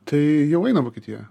tai jau eina vokietija